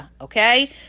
okay